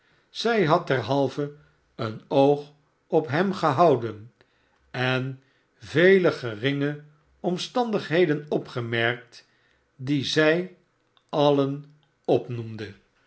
zij had derhalve een oog op hem gehouden en vele geringe omstandigheden opgemerkt die zij alien opnoemde